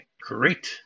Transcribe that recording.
Great